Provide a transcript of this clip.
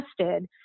tested